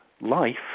life